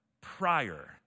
prior